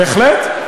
בהחלט.